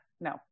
no